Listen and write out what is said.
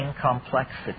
complexity